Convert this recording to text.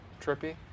trippy